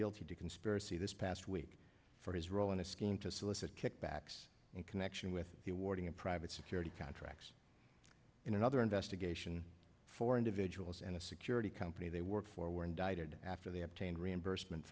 guilty to conspiracy this past week for his role in a scheme to solicit kickbacks in connection with the warning of private security contractors in another investigation for individuals and a security company they work for were indicted after they obtained reimbursement